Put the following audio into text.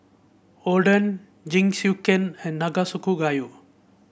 Oden Jingisukan and Nanakusa Gayu